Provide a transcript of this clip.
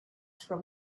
from